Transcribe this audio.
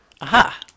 Aha